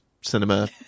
cinema